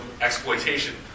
exploitation